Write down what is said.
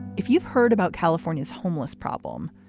if you've heard about california's homeless problem,